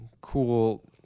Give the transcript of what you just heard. cool